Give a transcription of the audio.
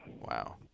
Wow